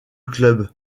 club